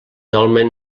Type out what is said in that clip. dolmen